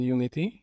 Unity